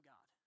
God